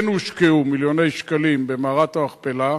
כן הושקעו מיליוני שקלים בקבר רחל,